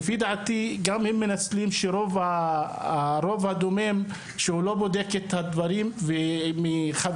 לפי דעתי גם הם מנצלים שהרוב הדומם לא בודק את הדברים מחבילה